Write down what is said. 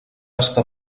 estar